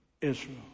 Israel